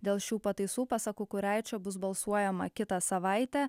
dėl šių pataisų pasak kukuraičio bus balsuojama kitą savaitę